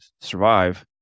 survive